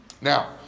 Now